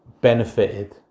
benefited